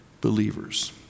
believers